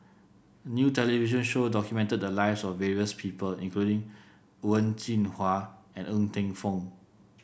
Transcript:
a new television show documented the lives of various people including Wen Jinhua and Ng Teng Fong